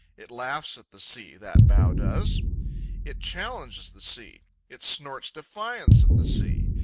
it laughs at the sea, that bow does it challenges the sea it snorts defiance at the sea.